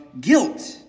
guilt